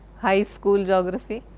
high school geography?